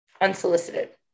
unsolicited